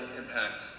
impact